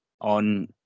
on